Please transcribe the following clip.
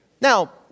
Now